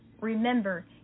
remember